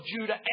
Judah